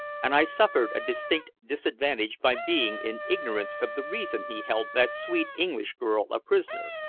and i suffered a distinct disadvantage by being in ignorance of the reason he held that sweet english girl a prisoner.